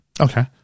Okay